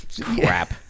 crap